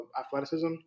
athleticism